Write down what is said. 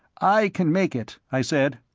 i can make it, i said.